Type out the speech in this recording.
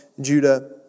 Judah